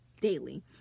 daily